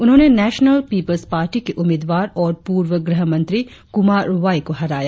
उन्होंने national people's party के उम्मीदवार और पूर्व गृह मंत्री कुमार वाई को हराया